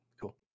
Cool